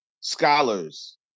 scholars